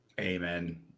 Amen